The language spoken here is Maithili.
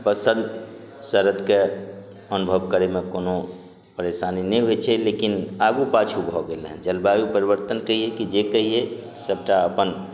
बसल शरदके अनुभव करैमे कोनो परेशानी नहि होइ छै लेकिन आगू पाछू भऽ गेल हँ जलवायु परिवर्तन कहियै कि जे कहियै सभटा अपन